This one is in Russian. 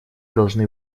должны